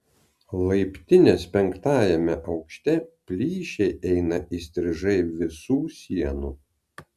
laiptinės penktajame aukšte plyšiai eina įstrižai visų sienų